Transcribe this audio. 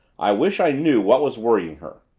i wish i knew what was worrying her.